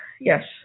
Yes